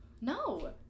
no